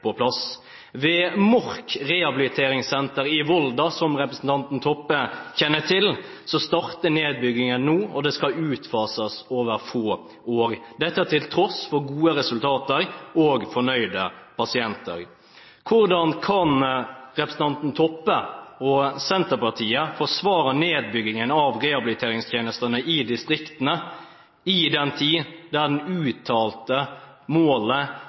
på plass. Ved Mork Rehabiliteringssenter i Volda, som representanten Toppe kjenner til, starter nedbyggingen nå, og den skal utfases over få over – dette til tross for gode resultater og fornøyde pasienter. Hvordan kan representanten Toppe og Senterpartiet forsvare nedbyggingen av rehabiliteringstjenestene i distriktene all den tid det uttalte målet